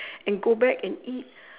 and go back and eat